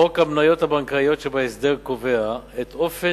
חוק המניות הבנקאיות שבהסדר קובע את אופן